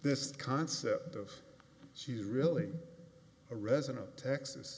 this concept of she's really a resident of texas